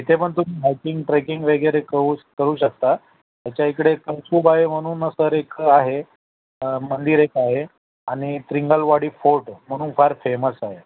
इथे पण तुम्ही हायकिंग ट्रेकिंग वगैरे करू करू शकता याच्या इकडे कळसुबाई म्हणून सर एक आहे मंदिर एक आहे आणि ट्रिंगलवाडी फोर्ट आहे म्हणून फार फेमस आहे